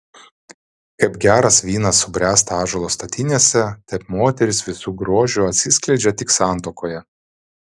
kaip geras vynas subręsta ąžuolo statinėse taip moteris visu grožiu atsiskleidžia tik santuokoje